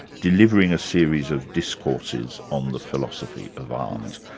delivering a series of discourses on the philosophy of um and